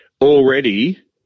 already